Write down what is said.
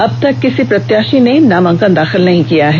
अभी तक किसी प्रत्याशी ने नामांकन दाँखिल नहीं किया है